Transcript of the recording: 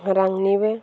रांनिबो